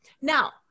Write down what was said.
Now